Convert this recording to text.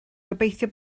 gobeithio